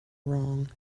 wrong